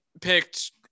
picked